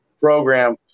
program